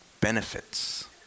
benefits